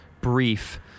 brief